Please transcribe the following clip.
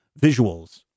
visuals